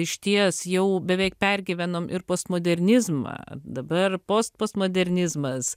išties jau beveik pergyvenom ir postmodernizmą dabar post postmodernizmas